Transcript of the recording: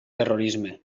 terrorisme